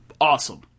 awesome